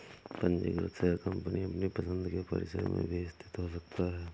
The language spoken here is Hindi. पंजीकृत शेयर कंपनी अपनी पसंद के परिसर में भी स्थित हो सकता है